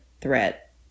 threat